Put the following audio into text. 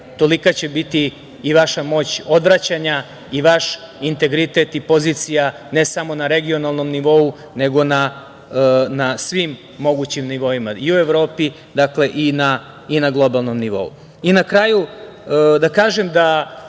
tolika će biti i vaša moć odvraćanja i vaš integritet i pozicija ne samo na regionalnom nivou, nego na svim mogućim nivoima, i u Evropi i na globalnom nivou. Na kraju, da kažem da